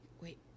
wait